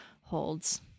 holds